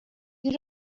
you